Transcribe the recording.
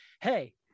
hey